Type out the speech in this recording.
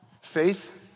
Faith